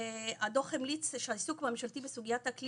הדו"ח המליץ שהעיסוק הממשלתי בסוגיית האקלים